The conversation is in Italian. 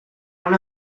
una